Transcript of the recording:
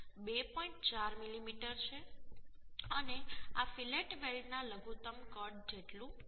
4 મીમી છે અને આ ફીલેટ વેલ્ડના લઘુત્તમ કદ જેટલું છે